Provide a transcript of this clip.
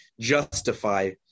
justify